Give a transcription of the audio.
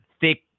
thick